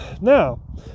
Now